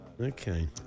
Okay